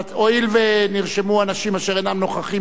הואיל ונרשמו אנשים אשר אינם נוכחים